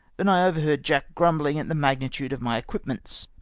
than i overheard jack grumbling at the magnitude of my equipments.